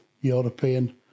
European